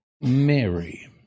mary